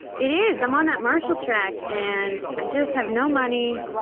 it is, i'm on that marshal track and i just have no money,